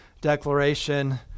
declaration